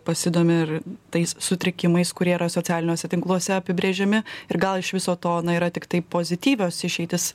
pasidomi ir tais sutrikimais kurie yra socialiniuose tinkluose apibrėžiami ir gal iš viso to na yra tiktai pozityvios išeitys